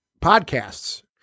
podcasts